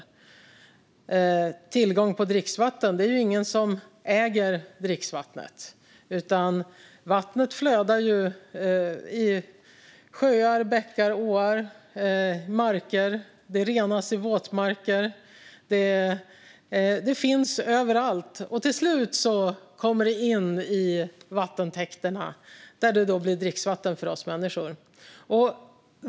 När det gäller tillgången på dricksvatten är det ingen som äger vattnet, utan det flödar i sjöar, bäckar, åar och marker och renas i våtmarker. Det finns överallt, och till slut kommer det in i vattentäkterna där det blir dricksvatten för oss människor.